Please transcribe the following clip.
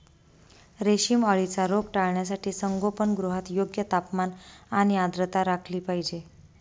रेशीम अळीचा रोग टाळण्यासाठी संगोपनगृहात योग्य तापमान आणि आर्द्रता राखली पाहिजे